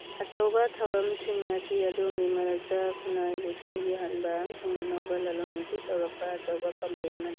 ꯑꯆꯧꯕ ꯊꯧꯔꯝꯁꯤꯡ ꯑꯁꯤ ꯑꯗꯣꯝꯒꯤ ꯃꯔꯛꯇ ꯈꯨꯅꯥꯏꯕꯨ ꯁꯔꯨꯛ ꯌꯥꯍꯟꯕ ꯑꯃꯁꯨꯡ ꯑꯅꯧꯕ ꯂꯂꯣꯟ ꯏꯇꯤꯛ ꯄꯨꯔꯛꯅꯕ ꯑꯆꯧꯕ ꯄꯥꯝꯕꯩ ꯑꯃꯅꯤ